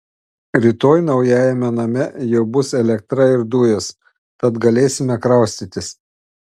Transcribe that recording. rytoj naujajame name jau bus elektra ir dujos tad galėsime kraustytis